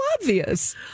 obvious